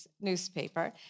newspaper